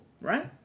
right